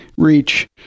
reach